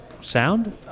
sound